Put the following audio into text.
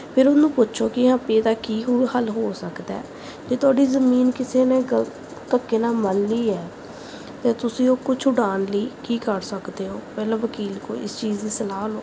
ਫਿਰ ਉਹਨੂੰ ਪੁੱਛੋ ਕਿ ਹਾਂ ਪੀ ਇਹਦਾ ਕੀ ਹੱਲ ਹੋ ਸਕਦਾ ਹੈ ਜੇ ਤੁਹਾਡੀ ਜ਼ਮੀਨ ਕਿਸੇ ਨੇ ਗਲਤ ਧੱਕੇ ਨਾਲ ਮੱਲ ਲਈ ਹੈ ਤਾਂ ਤੁਸੀਂ ਉਹ ਕੋਲੋਂ ਛਡਾਉਣ ਲਈ ਕੀ ਕਰ ਸਕਦੇ ਹੋ ਪਹਿਲਾਂ ਵਕੀਲ ਕੋਲੋਂ ਇਸ ਚੀਜ਼ ਦੀ ਸਲਾਹ ਲਓ